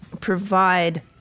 provide